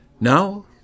Now